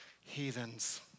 heathens